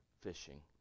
fishing